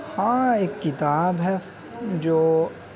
ہاں ایک کتاب ہے جو